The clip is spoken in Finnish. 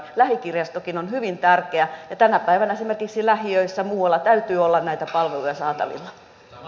lähikirjastokin on hyvin tärkeä ja tänä päivänä esimerkiksi lähiöissä ja muualla täytyy olla näitä palveluja saatavilla